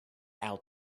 out